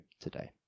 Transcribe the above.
today